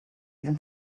even